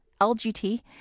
LGT